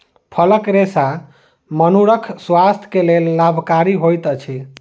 फलक रेशा मनुखक स्वास्थ्य के लेल लाभकारी होइत अछि